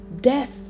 death